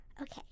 Okay